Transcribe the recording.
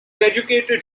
educated